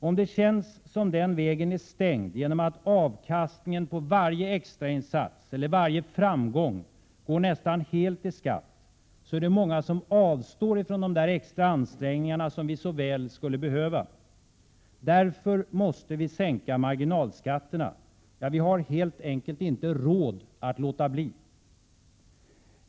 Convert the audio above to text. Om det känns som om den vägen är stängd genom att avkastningen på varje extrainsats eller varje framgång går nästan helt till skatt, är det många som avstår från de extra ansträngningar som vi så väl skulle behöva. Därför måste vi sänka marginalskatterna. Vi har helt enkelt inte råd att låta bli.